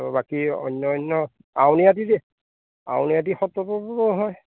ত' বাকী অন্য অন্য আউনীআটি যে আউনিআটি সত্ৰতোতো হয়